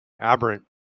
Aberrant